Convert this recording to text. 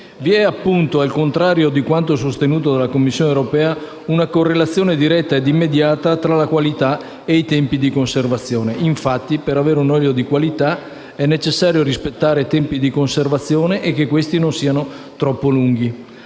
conservazione. Al contrario di quanto sostenuto dalla Commissione europea, vi è una correlazione diretta e immediata tra la qualità e i tempi di conservazione. Infatti, per avere un olio di qualità è necessario rispettare i tempi di conservazione e occorre che questi non siano troppo lunghi.